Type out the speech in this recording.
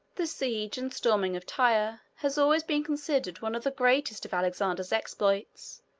the siege and storming of tyre has always been considered one of the greatest of alexander's exploits.